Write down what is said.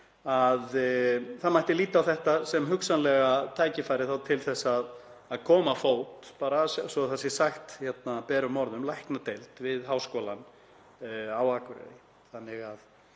Það mætti líta á þetta sem hugsanlegt tækifæri til að koma á fót, bara svo að það sé sagt berum orðum, læknadeild við Háskólann á Akureyri,